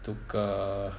tukar